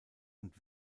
und